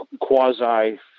quasi